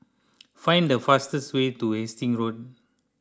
find the fastest way to Hastings Road